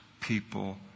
people